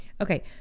okay